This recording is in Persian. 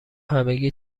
همگی